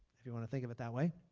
if you want to think of it that way.